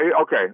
okay